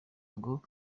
ngo